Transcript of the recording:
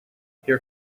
here